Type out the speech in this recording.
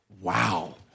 Wow